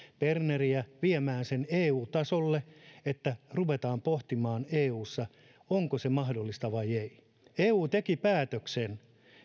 berneriä viemään sen eu tasolle että ruvetaan pohtimaan eussa onko se mahdollista vai ei eu teki päätöksen